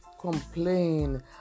complain